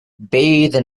bathe